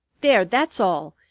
there, that's all.